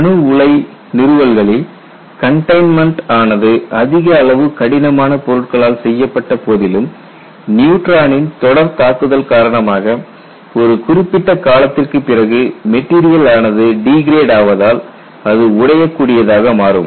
அணு உலை நிறுவல்களில் கண்டைன்மெண்ட் ஆனது அதிக அளவு கடினமான பொருட்களால் செய்யப்பட்ட போதிலும் நியூட்ரானின் தொடர் தாக்குதல் காரணமாக ஒரு குறிப்பிட்ட காலத்திற்குப் பிறகு மெட்டீரியல் ஆனது டீகிரேட் ஆவதால் அது உடையக்கூடியதாக மாறும்